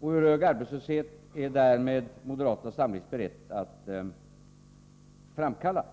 och hur hög arbetslöshet är därmed moderata samlingspartiet berett att framkalla?